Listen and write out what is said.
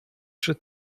przy